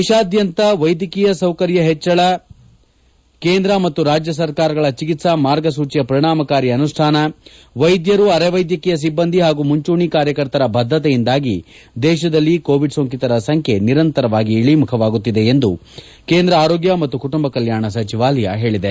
ದೇಶಾದ್ಯಂತ ವೈದ್ಯಕೀಯ ಮೂಲಸೌಕರ್ಯ ಹೆಚ್ಚಳ ಕೇಂದ್ರ ಮತ್ತು ರಾಜ್ಯ ಸರ್ಕಾರಗಳ ಚೆಕಿತ್ಸಾ ಮಾರ್ಗಸೂಚಿಯ ಪರಿಣಾಮಕಾರಿ ಅನುಷ್ಠಾನ ವೈದ್ಯರು ಅರೆವೈದ್ಯಕೀಯ ಸಿಬ್ಬಂದಿ ಹಾಗೂ ಮುಂಚೂಣಿ ಕಾರ್ಯಕರ್ತರ ಬದ್ದತೆಯಿಂದಾಗಿ ದೇಶದಲ್ಲಿ ಕೋವಿಡ್ ಸೋಂಕಿತರ ಸಂಖ್ಯೆ ನಿರಂತರವಾಗಿ ಇಳಿಮುಖವಾಗುತ್ತಿದೆ ಎಂದು ಕೇಂದ್ರ ಆರೋಗ್ಯ ಮತ್ತು ಕುಟುಂಬ ಕಲ್ಯಾಣ ಸಚಿವಾಲಯ ಹೇಳಿದೆ